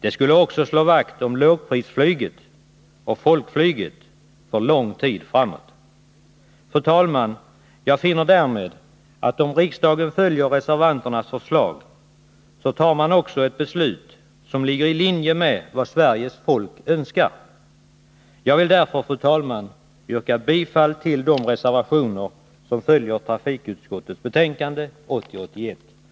Det skulle också slå vakt om lågprisflyget och folkflyget för lång tid framåt. Fru talman! Jag finner därmed att om riksdagen följer reservanternas förslag, så tar man ett beslut som ligger i linje med vad Sveriges folk önskar. Jag vill därför yrka bifall till de reservationer som är fogade till trafikutskottets betänkande 1980/81:28.